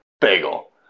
Bagel